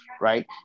right